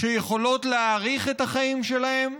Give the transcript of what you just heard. שיכולות להאריך את החיים שלהם.